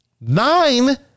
Nine